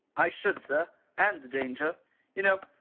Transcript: i should, sir, and the danger you know,